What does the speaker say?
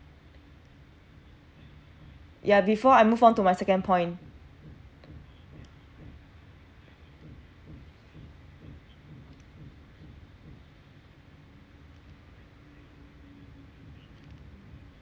ya before I move on to my second point